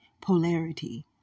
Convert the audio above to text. polarity